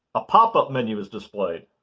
a pop-up menu is displayed.